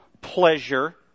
pleasure